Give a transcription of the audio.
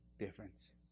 difference